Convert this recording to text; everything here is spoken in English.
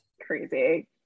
Crazy